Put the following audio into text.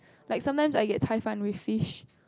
like sometimes I get Cai Fan with fish